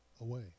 away